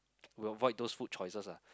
we'll avoid those food choices ah